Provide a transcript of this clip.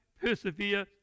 persevere